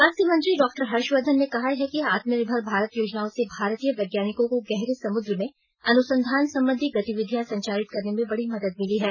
स्वास्थ्य मंत्री डॉक्टर हर्षवर्धन ने कहा कि आत्मनिर्भर भारत योजनाओं से भारतीय वैज्ञानिकों को गहरे समुद्र में अनुसंधान संबंधी गतिविधियां संचालित करने में बड़ी मदद मिली है